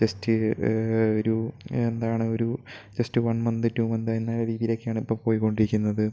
just ഒരു എന്താണ് ഒരു just one month two month എന്നാൽ രീതിയിലേക്കാണ് ഇപ്പോൾ പോയിക്കൊണ്ടിരിക്കുന്നത്